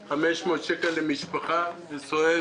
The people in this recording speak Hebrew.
למשפחה, שמסתכמים בתקציב של 30 מיליון שקל.